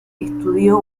estudió